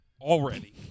already